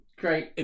great